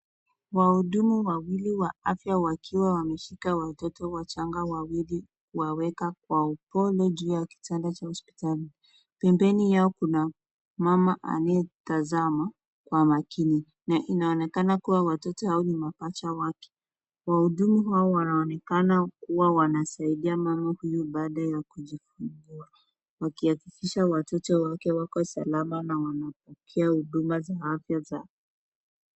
Wahudumu wawili wa afya wakiwa wameshika watoto wachanga wawili kuwa weka kwa upole juu ya kitanda cha hospitali. Pembeni yao kuna mama anayetazama kwa makini, na inaonakana kuwa watoto hawa ni mapacha wake. Wahudumu hao inaonekana kuwa wanasaidia mama huyu baada ya kujifungua, wakiakikisha watoto wake wako salama na wanapokea huduma za afya.